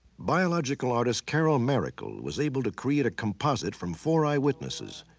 biological artist carol miracle was able to create a composite from four eyewitnesses.